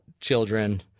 children